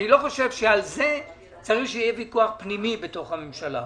אני לא חושב שעל זה צריך שיהיה ויכוח פנימי בתוך הממשלה.